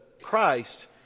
Christ